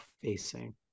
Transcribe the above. facing